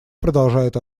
продолжает